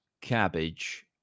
cabbage